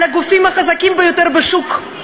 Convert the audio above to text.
על הגופים החזקים ביותר בשוק,